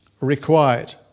required